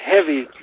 heavy